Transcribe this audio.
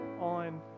on